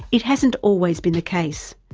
it hasn't always been the case.